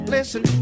Listen